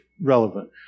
relevant